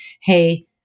Hey